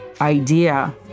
idea